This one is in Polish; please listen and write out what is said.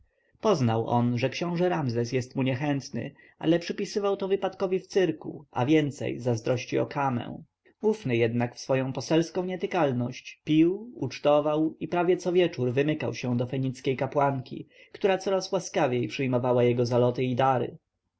poznał on że książę ramzes jest mu niechętny ale przypisywał to wypadkowi w cyrku a więcej zazdrości o kamę ufny jednak w swoją poselską nietykalność pił ucztował i prawie co wieczór wymykał się do fenickiej kapłanki która coraz łaskawiej przyjmowała jego zaloty i dary